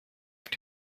sind